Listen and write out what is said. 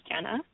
Jenna